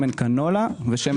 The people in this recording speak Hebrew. שמן קנולה ושמן